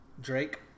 Drake